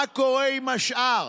מה קורה עם השאר?